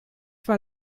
war